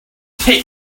take